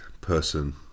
person